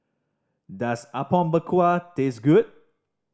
does Apom Berkuah taste good